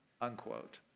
Unquote